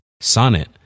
Sonnet